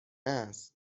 است